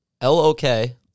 L-O-K